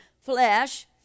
flesh